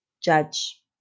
judge